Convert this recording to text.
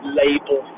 label